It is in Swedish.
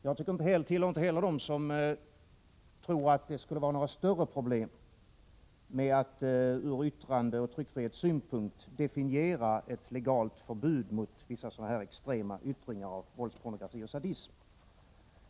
Jag tillhör inte dem som tror att det skulle vara några större problem med att ur yttrandeoch tryckfrihetssynpunkt definiera ett legalt förbud mot vissa sådana här extrema yttringar av våldspornografi och sadism.